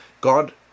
God